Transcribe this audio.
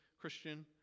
Christian